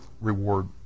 reward